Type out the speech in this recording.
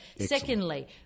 Secondly